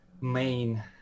main